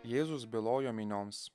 jėzus bylojo minioms